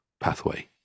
pathway